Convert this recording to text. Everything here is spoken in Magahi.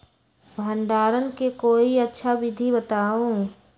भंडारण के कोई अच्छा विधि बताउ?